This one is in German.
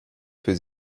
für